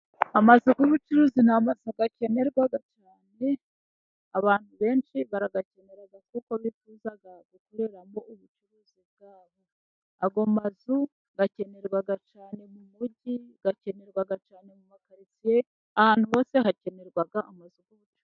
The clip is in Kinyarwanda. Amazu y'ubucuruzi ni amazu akenerwa cyane abantu benshi barayakenera kuko bifuza gukoreramo ubucuruzi bwabo, ayo mazu akenerwa cyane mu mugi akenerwa cyane mu karitsiye ahantu hose hakenerwa amazu y'ubucuruzi.